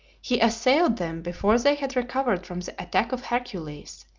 he assailed them before they had recovered from the attack of hercules,